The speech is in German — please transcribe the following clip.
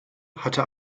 hatte